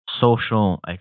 social